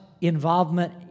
involvement